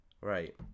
Right